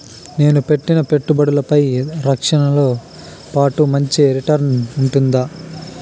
నేను పెట్టిన పెట్టుబడులపై రక్షణతో పాటు మంచి రిటర్న్స్ ఉంటుందా?